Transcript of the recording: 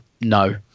no